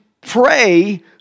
pray